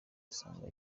usanga